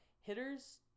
hitters